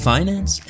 Finance